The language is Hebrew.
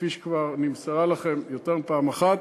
כפי שכבר נמסרה לכם יותר מפעם אחת,